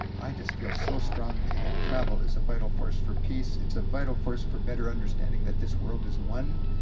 i just feel so strongly that travel is a vital force for peace, it's a vital force for better understanding that this world is one.